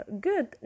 good